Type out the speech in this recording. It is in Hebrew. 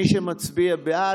מי שמצביע בעד,